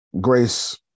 Grace